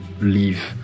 leave